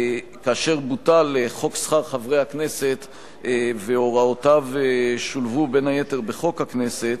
כאשר בוטל חוק שכר חברי הכנסת והוראותיו שולבו בין היתר בחוק הכנסת,